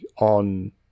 on